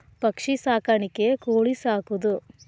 ಪಕ್ಷಿ ಸಾಕಾಣಿಕೆ ಕೋಳಿ ಸಾಕುದು